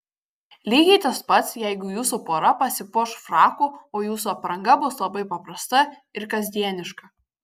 lygiai tas pats jeigu jūsų pora pasipuoš fraku o jūsų apranga bus labai paprasta ir kasdieniška